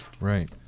Right